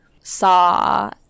saw